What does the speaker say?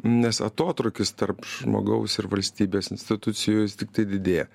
nes atotrūkis tarp žmogaus ir valstybės institucijos tiktai didėja